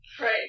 Right